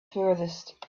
furthest